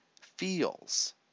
feels